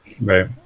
Right